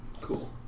cool